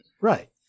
right